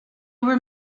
were